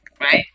right